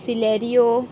Celerio